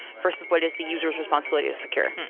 versus what is the user's responsibility to secure?